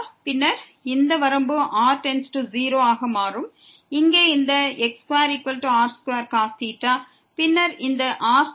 பின்னர் இந்த வரம்பு r→0 ஆக மாறும் இங்கே இந்த x2r2 பின்னர் இந்த rsin